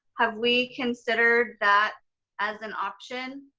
have we considered that as an option?